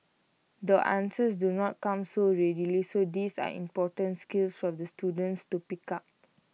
the answers do not come so readily so these are important skills for the students to pick up